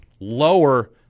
Lower